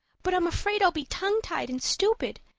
but i'm afraid i'll be tongue-tied and stupid.